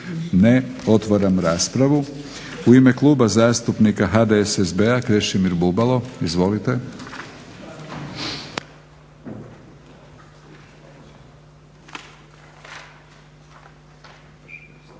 Ne. Otvaram raspravu. U ime Kluba zastupnika HDSSB-a Krešimir Bubalo, izvolite.